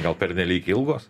gal pernelyg ilgos